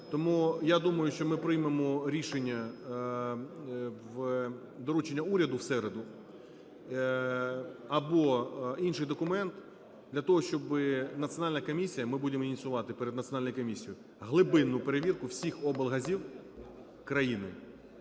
Тому я думаю, що ми приймемо рішення – доручення уряду в середу, або інший документ, для того щоб національна комісія, ми будемо ініціювати перед національною комісією глибинну перевірку всіх облгазів країни,